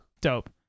dope